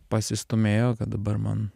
pasistūmėjo kad dabar man